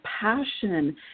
passion